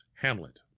Hamlet